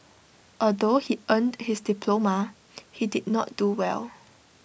although he earned his diploma he did not do well